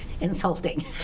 insulting